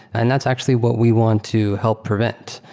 and that's actually what we want to help prevent.